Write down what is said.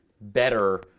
better